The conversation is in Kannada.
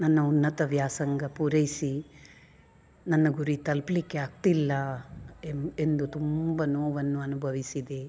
ನನ್ನ ಉನ್ನತ ವ್ಯಾಸಂಗ ಪೂರೈಸಿ ನನ್ನ ಗುರಿ ತಲ್ಪಲ್ಲಿಕ್ಕೆ ಆಗ್ತಿಲ್ಲ ಎಂಬ ಎಂದು ತುಂಬ ನೋವನ್ನು ಅನುಭವಿಸಿದೆ